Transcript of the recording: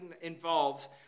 involves